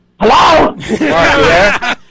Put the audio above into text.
hello